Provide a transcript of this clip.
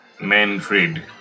Manfred